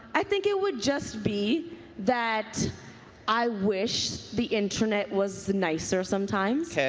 i think it would just be that i wish the internet was nicer sometimes. okay.